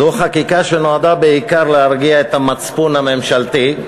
זו חקיקה שנועדה בעיקר להרגיע את המצפון הממשלתי.